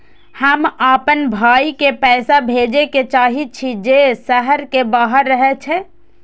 हम आपन भाई के पैसा भेजे के चाहि छी जे शहर के बाहर रहे छै